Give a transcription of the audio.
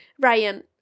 Ryan